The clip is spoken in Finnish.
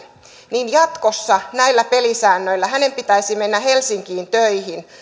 niin jatkossa näillä pelisäännöillä hänen pitäisi mennä helsinkiin töihin